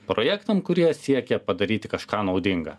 projektam kurie siekia padaryti kažką naudinga